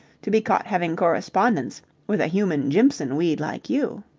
to be caught having correspondence with a human jimpson weed like you.